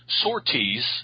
sorties